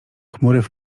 chmury